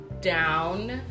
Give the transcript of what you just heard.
down